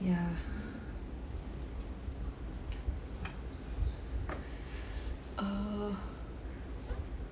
yeah err